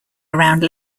around